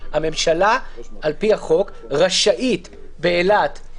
הממשלה על פי החוק רשאית באילת,